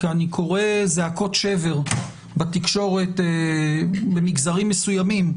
כי אני קורא זעקות שבר בתקשורת במגזרים מסוימים,